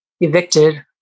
evicted